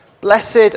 Blessed